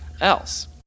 else